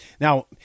Now